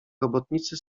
robotnicy